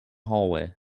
hallway